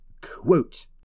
quote